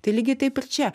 tai lygiai taip ir čia